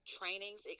trainings